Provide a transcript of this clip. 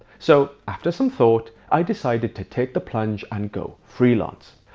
so after some thought, i decided to take the plunge and go freelance,